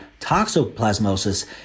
toxoplasmosis